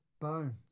bones